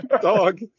Dog